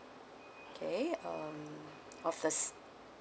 okay um of this